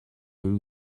این